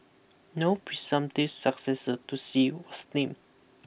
no presumptive successor to Xi was named